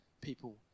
people